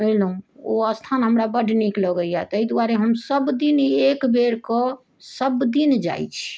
अयलहुँ ओ स्थान हमरा बड नीक लगैया ताहि दुआरे हम सभ दिन एक बेर कऽ सभ दिन जाइत छी